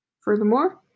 Furthermore